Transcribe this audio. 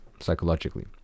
psychologically